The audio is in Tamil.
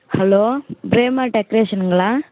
ஹலோ பிரேமா டெக்ரேஷனுங்களா